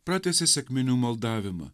pratęsė sekminių maldavimą